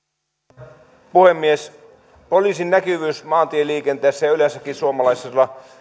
arvoisa herra puhemies poliisin näkyvyys maantieliikenteessä ja yleensäkin suomalaisilla